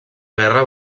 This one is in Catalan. guerra